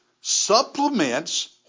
supplements